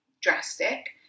drastic